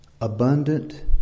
Abundant